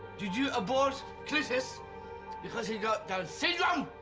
did you abort cletus because he's got down's syndrome?